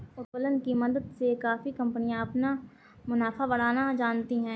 उत्तोलन की मदद से काफी कंपनियां अपना मुनाफा बढ़ाना जानती हैं